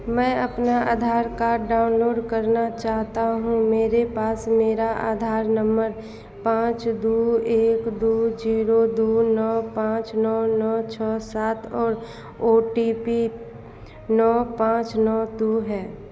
मैं अपना Aadhaar card download करना चाहता हूँ मेरे पास मेरा आधार नम्बर पाँच दो एक दो ज़ीरो दो नौ पाँच नौ नौ छह सात और ओ टी पी नौ पाँच नौ दो है